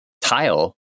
tile